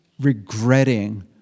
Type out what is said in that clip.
regretting